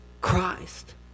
Christ